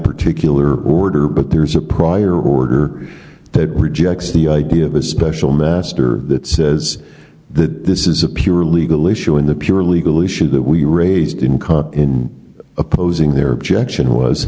particular order but there's a prior order that rejects the idea of a special master that says that this is a pure legal issue in the pure legal issue that we raised income in opposing their objection was